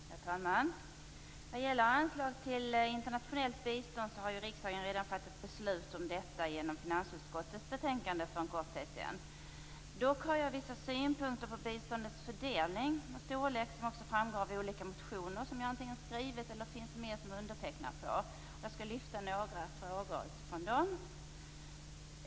Herr talman! Vad gäller anslag till internationellt bistånd har ju riksdagen redan fattat beslut om detta genom finansutskottets betänkande för en kort tid sedan. Dock har jag vissa synpunkter på biståndets fördelning och storlek, vilket också framgår av olika motioner som jag har skrivit själv eller där jag finns med bland undertecknarna. Jag skall lyfta fram några frågor.